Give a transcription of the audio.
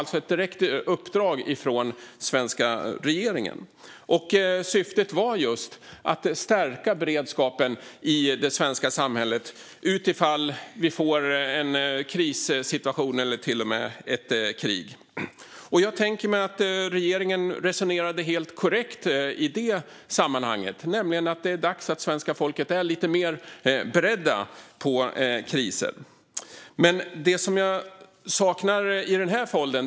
Syftet var att stärka beredskapen i det svenska samhället ifall vi skulle få en krissituation eller till och med krig. Jag tycker att regeringen resonerade helt korrekt i det sammanhanget. Det var dags att svenska folket är lite mer berett på kriser. Jag saknar dock något i foldern.